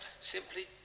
simply